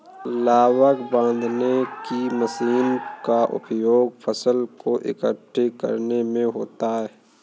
लावक बांधने की मशीन का उपयोग फसल को एकठी करने में होता है